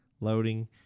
loading